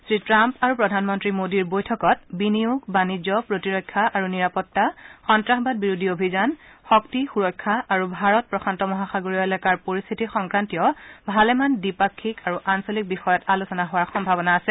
শ্ৰীটাম্প আৰু প্ৰধানমন্নী মোদীৰ বৈঠকত বিনিয়োগ বাণিজ্য প্ৰতিৰক্ষা আৰু নিৰাপত্তা সন্নাসবাদ বিৰোধী অভিযান শক্তি সুৰক্ষা আৰু ভাৰত প্ৰশান্ত মহাসাগৰীয় এলেকাৰ পৰিস্থিতি সংক্ৰান্তীয় ভালেমান দ্বিপাক্ষিক আৰু আঞ্চলিক বিষয়ত আলোচনা হোৱাৰ সম্ভাৱনা আছে